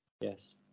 yes